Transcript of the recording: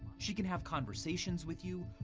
she can have conversations with you,